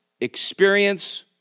experience